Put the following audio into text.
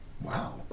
Wow